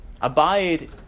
abide